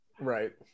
Right